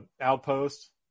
outpost